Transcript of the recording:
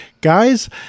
guys